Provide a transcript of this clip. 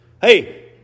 Hey